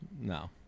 No